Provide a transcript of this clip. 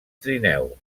trineu